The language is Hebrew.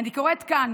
אני קוראת כאן